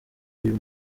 uyu